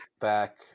back